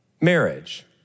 marriage